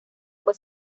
fue